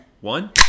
one